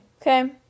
okay